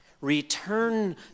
Return